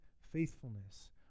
faithfulness